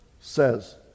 says